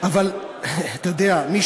אבל אתה יודע, מי